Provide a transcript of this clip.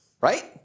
right